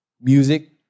music